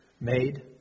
made